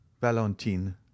Valentine